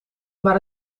maar